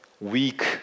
weak